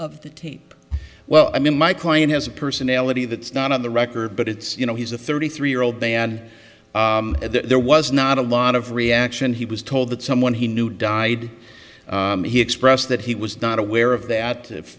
of the tape well i mean my client has a personality that's not on the record but it's you know he's a thirty three year old band and there was not a lot of reaction he was told that someone he knew died he expressed that he was not aware of that if